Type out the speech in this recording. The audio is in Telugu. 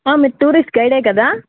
మీరు టూరిస్ట్ గైడే కదా